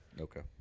Okay